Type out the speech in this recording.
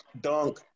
dunk